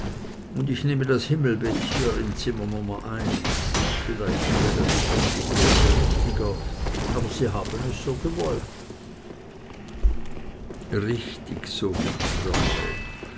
und ich nehme das himmelbett hier in zimmer nummer eins vielleicht wäre das umgekehrte richtiger aber sie haben es so gewollt und während er noch